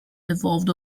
evolved